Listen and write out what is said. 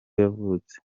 yavutse